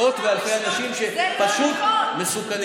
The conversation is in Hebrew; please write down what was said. מאות ואלפי אנשים שפשוט מסכנים.